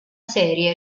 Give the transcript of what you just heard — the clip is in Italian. serie